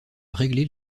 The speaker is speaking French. régler